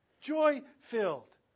joy-filled